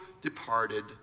departed